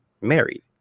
married